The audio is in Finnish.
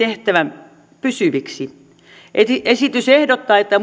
on esitetty pysyviksi esitys ehdottaa että